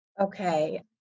Okay